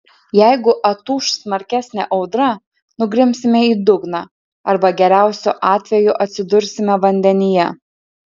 jeigu atūš smarkesnė audra nugrimsime į dugną arba geriausiu atveju atsidursime vandenyje